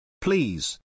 Please